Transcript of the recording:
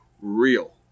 real